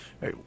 Hey